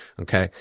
okay